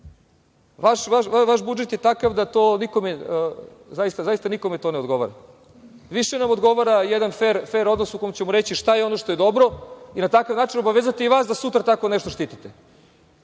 Vaš budžet je takav da to zaista nikome ne odgovara. Više nam odgovara jedan fer odnos u kome ćemo reći šta je ono što je dobro i na takav način obavezati i vas da sutra tako nešto štitite,